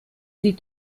sie